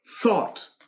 thought